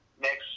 next